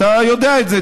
אתה יודע את זה,